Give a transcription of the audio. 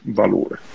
valore